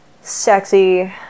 sexy